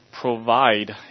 provide